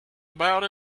about